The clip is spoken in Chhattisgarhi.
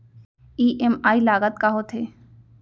ई.एम.आई लागत का होथे?